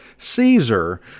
Caesar